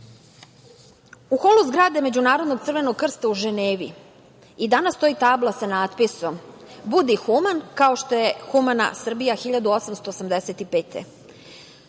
holu zgrade Međunarodnog Crvenog krsta u Ženevi i danas stoji tabla sa natpisom: „Budi human, kao što je humana Srbija 1885.